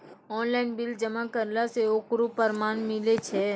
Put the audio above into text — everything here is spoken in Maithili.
ऑनलाइन बिल जमा करला से ओकरौ परमान मिलै छै?